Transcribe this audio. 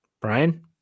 Brian